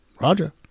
Roger